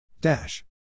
Dash